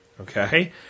Okay